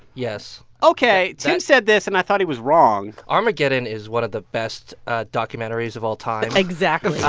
yes ok. tim said this, and i thought he was wrong armageddon is one of the best documentaries of all time exactly